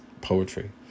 poetry